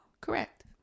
Correct